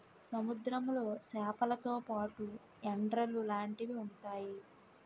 సముద్రంలో సేపలతో పాటు ఎండ్రలు లాంటివి ఉంతాయి